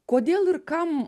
kodėl ir kam